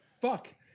Fuck